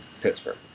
Pittsburgh